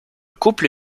couple